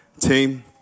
team